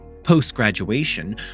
Post-graduation